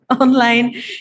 online